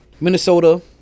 Minnesota